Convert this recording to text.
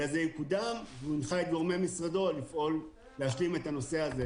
אלא זה יקודם והוא הנחה את גורמי משרדו להשלים את הנושא הזה,